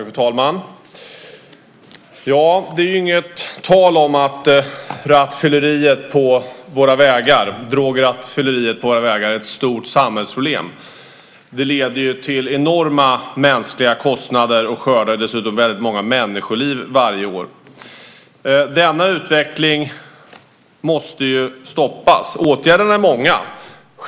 Fru talman! Det är inte tal om annat än att drograttfylleriet på våra vägar är ett stort samhällsproblem. Det leder till enorma mänskliga kostnader och skördar dessutom väldigt många människoliv varje år. Denna utveckling måste stoppas. Åtgärderna är många.